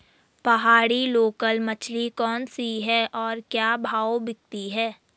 पहाड़ी लोकल मछली कौन सी है और क्या भाव बिकती है?